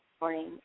morning